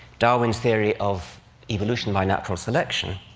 darwin's theory of evolution by natural selection.